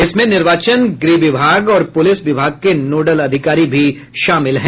इसमें निर्वाचन गृह विभाग और पुलिस विभाग के नोडल अधिकारी शामिल हैं